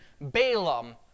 Balaam